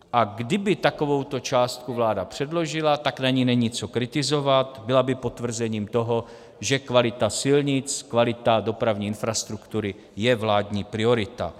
A kdyby takovouto částku vláda předložila, tak na ní není co kritizovat, byla by potvrzením toho, že kvalita silnic, kvalita dopravní infrastruktury je vládní priorita.